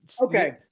okay